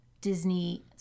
Disney